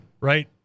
right